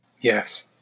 Yes